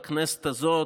בכנסת הזאת,